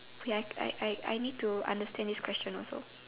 I I I need to understand this question also